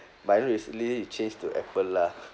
but I know recently you change to apple lah